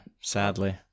sadly